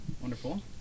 Wonderful